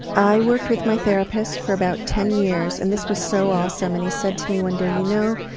i worked with my therapist for about ten years, and this was so awesome and he said to me one day, you know,